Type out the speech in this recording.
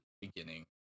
beginning